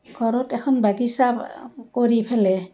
ঘৰত এখন বাগিছা কৰি পেলাই